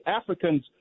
African's